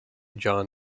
john